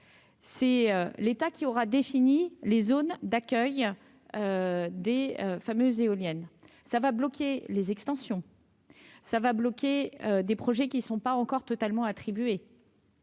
c'est l'État qui aura défini les zones d'accueil des fameuses éoliennes ça va bloquer les extensions ça va bloquer des projets qui sont pas encore totalement attribué.